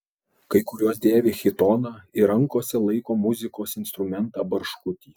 kai kurios dėvi chitoną ir rankose laiko muzikos instrumentą barškutį